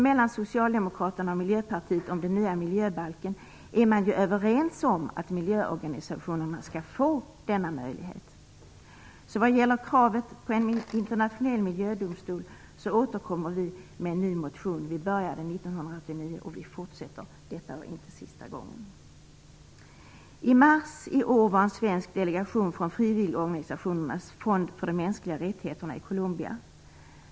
Miljöpartiet om den nya miljöbalken är man ju överens om att miljöorganisationerna skall få denna möjlighet. När det gäller kravet på en internationell miljödomstol återkommer vi alltså med en ny motion. Vi började 1989 och vi fortsätter så länge som det behövs. Detta var inte sista gången. I mars i år var en svensk delegation från frivilligorganisationernas fond för de mänskliga rättigheterna i Colombia.